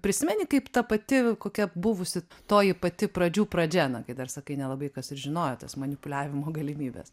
prisimeni kaip ta pati kokia buvusi toji pati pradžių pradžia na kai dar sakai nelabai kas ir žinojo tas manipuliavimo galimybes